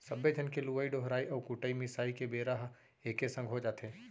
सब्बे झन के लुवई डोहराई अउ कुटई मिसाई के बेरा ह एके संग हो जाथे